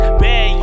bad